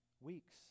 weeks